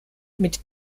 mit